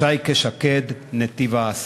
שייקה שקד, נתיב-העשרה.